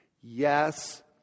yes